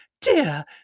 Dear